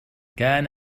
كان